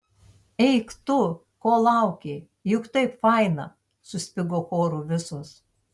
eik tu ko lauki juk taip faina suspigo choru visos